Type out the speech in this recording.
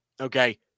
Okay